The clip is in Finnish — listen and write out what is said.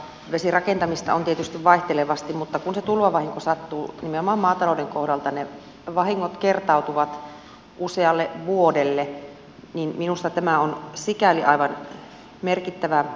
vesirakentamista on tietysti vaihtelevasti mutta kun se tulvavahinko sattuu nimenomaan maatalouden kohdalle ne vahingot kertautuvat usealle vuodelle niin että minusta tämä on sikäli aivan merkittävä esitys näitä vahinkoja ennalta ehkäisemään